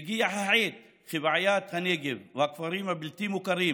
והגיעה העת כי בעיית הנגב והכפרים הבלתי-מוכרים